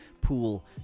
pool